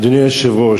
אדוני היושב-ראש,